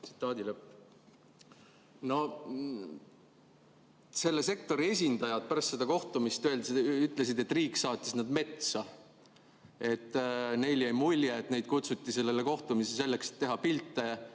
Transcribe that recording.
tegutseda." No selle sektori esindajad pärast seda kohtumist ütlesid, et riik saatis nad metsa, et neile jäi mulje, et neid kutsuti sellele kohtumisele selleks, et teha pilte